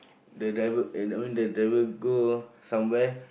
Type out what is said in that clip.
the driver eh I mean the driver go somewhere